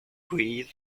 breeze